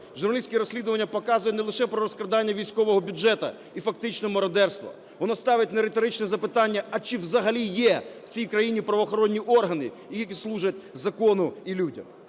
Журналістське розслідування показує не лише про розкрадання військового бюджету і фактично мародерства, воно ставить нериторичне запитання: а чи взагалі є в цій країні правоохоронні органи, які служать закону і людям?